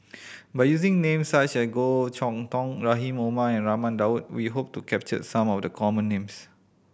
by using names such as Goh Chok Tong Rahim Omar and Raman Daud we hope to capture some of the common names